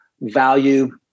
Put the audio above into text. value